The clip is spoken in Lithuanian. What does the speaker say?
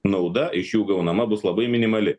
nauda iš jų gaunama bus labai minimali